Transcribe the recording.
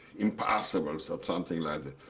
impossible, so something like this.